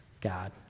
God